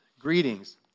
greetings